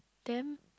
them